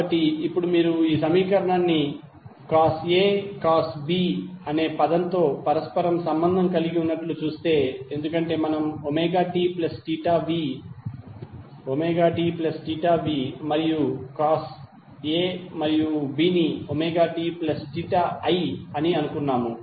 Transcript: కాబట్టి ఇప్పుడు మీరు ఈ సమీకరణాన్ని కాస్ A కాస్ B అనే పదంతో పరస్పరం సంబంధం కలిగి ఉన్నట్లు చూస్తే ఎందుకంటే మనం tv మరియు కాస్ A మరియు B ని tiఅని అనుకున్నాము